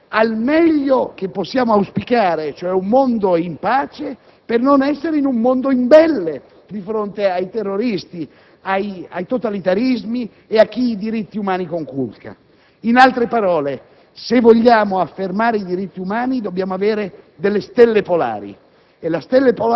per affermare i diritti umani; quanto è necessario dover venir meno al meglio che possiamo auspicare, cioè un mondo in pace, per non essere in un mondo imbelle di fronte ai terroristi, ai totalitarismi e a chi conculca i diritti umani.